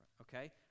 okay